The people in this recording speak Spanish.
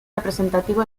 representativo